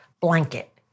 blanket